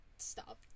stop